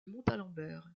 montalembert